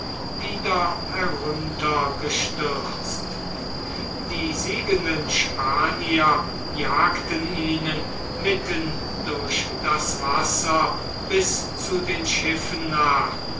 wieder heruntergestürzt die siegenden spanier jagten ihnen mitten durch das wasser bis zu den schiffen nach